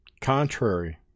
contrary